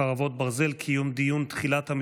חרבות ברזל) (חוזה,